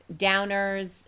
downers